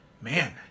Man